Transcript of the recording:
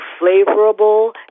flavorable